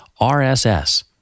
RSS